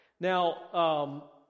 Now